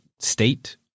state